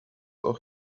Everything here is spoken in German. auch